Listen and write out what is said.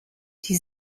die